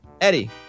Eddie